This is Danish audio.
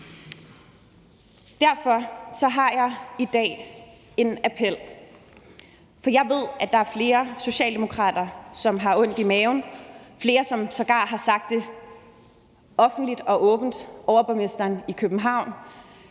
Derfor har jeg i dag en appel, for jeg ved, at der er flere socialdemokrater, som har ondt i maven, og flere, som sågar har sagt det offentligt og åbent, f.eks. overborgmesteren i København